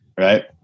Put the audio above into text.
Right